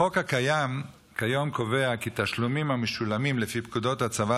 החוק הקיים כיום קובע כי תשלומים המשולמים לפי פקודות הצבא